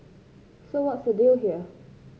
so what's the deal here